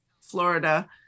Florida